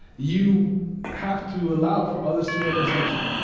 you have to allow for others to represent you.